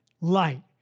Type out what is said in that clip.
light